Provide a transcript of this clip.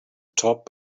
top